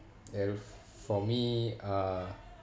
and for me uh